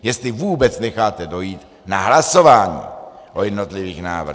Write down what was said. Jestli vůbec necháte dojít na hlasování o jednotlivých návrzích.